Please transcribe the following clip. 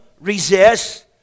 resist